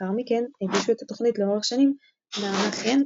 לאחר מכן הגישו את התוכנית לאורך השנים נעמה חן,